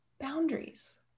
boundaries